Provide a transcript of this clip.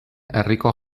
herriko